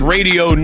Radio